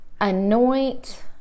anoint